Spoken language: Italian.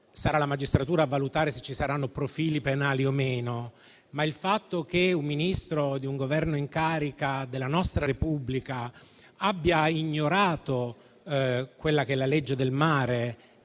Sarà la magistratura a valutare se ci saranno profili penali o meno. Ma il fatto che un Ministro di un Governo in carica della nostra Repubblica abbia ignorato la legge del mare,